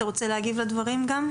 אתה רוצה להגיב לדברים?